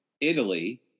Italy